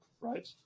Right